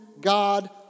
God